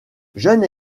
jeune